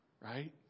right